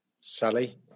Sally